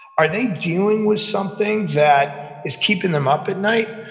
are they dealing with something that is keeping them up at night?